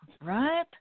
right